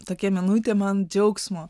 tokia minutė man džiaugsmo